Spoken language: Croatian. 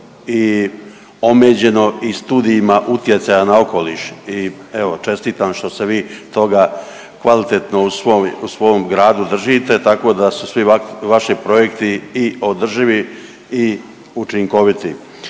i omeđeno i studijima utjecaja na okoliš i evo čestitam što ste vi toga kvalitetno u svom gradu držite tako da su svi vaši projekti i održivi i učinkoviti.